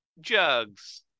Jugs